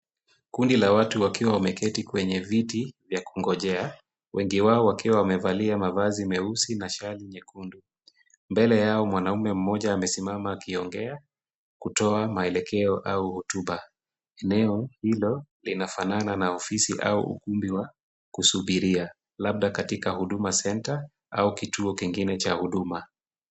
Kundi la watu wakiwa wameketi kwenye viti vya kungojea, wengi wao wakiwa wamevalia mavazi nyeusi na shari nyekundu. Mbele ya mwanamme mmoja amesimama akiongea kutoa maelekeo au hutoba. Eneo hilo linafanana na ofisi au ukumbi wa kusubiria, labda katika kituo cha Huduma Centre au kituo kingine cha huduma.